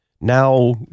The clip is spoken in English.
Now